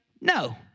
no